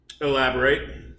Elaborate